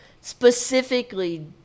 specifically